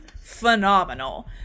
phenomenal